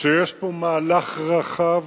שיש פה מהלך רחב